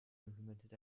implemented